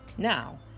now